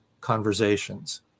conversations